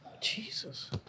Jesus